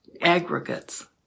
aggregates